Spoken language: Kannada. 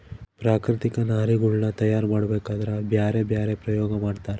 ಪ್ರಾಕೃತಿಕ ನಾರಿನಗುಳ್ನ ತಯಾರ ಮಾಡಬೇಕದ್ರಾ ಬ್ಯರೆ ಬ್ಯರೆ ಪ್ರಯೋಗ ಮಾಡ್ತರ